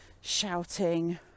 shouting